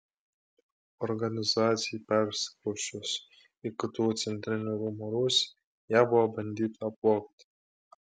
organizacijai persikrausčius į ktu centrinių rūmų rūsį ją buvo bandyta apvogti